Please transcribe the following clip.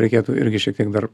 reikėtų irgi šiek tiek dar